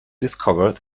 discovered